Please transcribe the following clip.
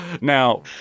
Now